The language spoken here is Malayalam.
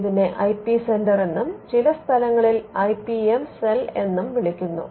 ഇതിനെ ഐ പി സെന്റർ എന്നും ചില സ്ഥലങ്ങളിൽ ഐ പി എം സെൽ എന്നും വിളിക്കുന്നു